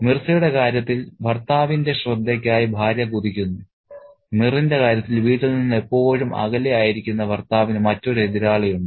മിർസയുടെ കാര്യത്തിൽ ഭർത്താവിന്റെ ശ്രദ്ധയ്ക്കായി ഭാര്യ കൊതിക്കുന്നു മിറിന്റെ കാര്യത്തിൽ വീട്ടിൽ നിന്ന് എപ്പോഴും അകലെയായിരിക്കുന്ന ഭർത്താവിന് മറ്റൊരു എതിരാളിയുണ്ട്